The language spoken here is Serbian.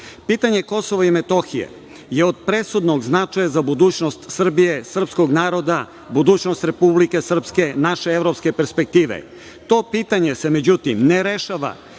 Kosova i Metohije je od presudnog značaja za budućnost Srbije, srpskog naroda, budućnost Republike Srpske, naše evropske perspektive. To pitanje se, međutim, ne rešava